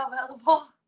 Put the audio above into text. available